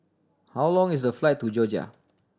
how long is the flight to Georgia